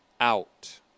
out